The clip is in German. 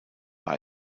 war